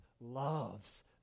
loves